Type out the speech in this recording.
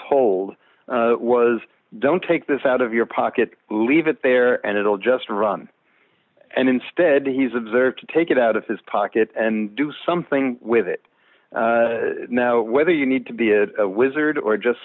told was don't take this out of your pocket leave it there and it'll just run and instead he's observed to take it out of his pocket and do something with it now whether you need to be a wizard or just